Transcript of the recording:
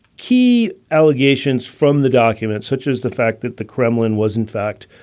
key allegations from the documents, such as the fact that the kremlin was, in fact,